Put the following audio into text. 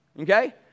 Okay